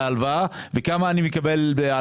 ההלוואה וכמה ריבית אני מקבל על